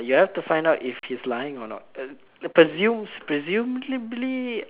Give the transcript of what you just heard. uh you have to find out if he's lying or not uh presume~ presumingly err